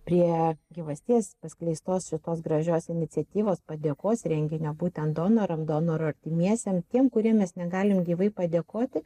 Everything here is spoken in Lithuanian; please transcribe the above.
prie gyvasties paskleistos šitos gražios iniciatyvos padėkos renginio būtent donoram donorų artimiesiem tiem kuriem mes negalim gyvai padėkoti